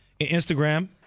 Instagram